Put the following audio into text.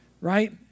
right